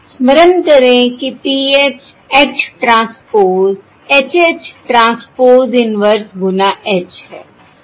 स्मरण करें कि PH H transpose H H transpose inverse गुना H है